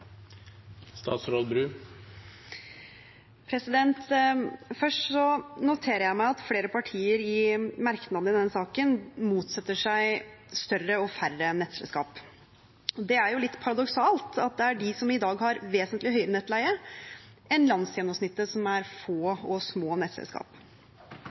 Først noterer jeg meg at flere partier i merknadene til denne saken motsetter seg større og færre nettselskaper. Det er jo litt paradoksalt at de som i dag har vesentlig høyere nettleie enn landsgjennomsnittet, er få og små nettselskaper. Når det er